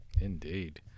Indeed